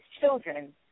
children